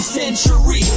century